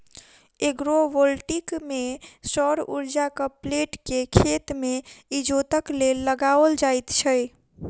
agrovoltaic मे सौर उर्जाक प्लेट के खेत मे इजोतक लेल लगाओल जाइत छै